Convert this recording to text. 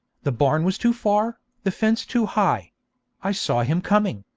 the barn was too far, the fence too high i saw him coming,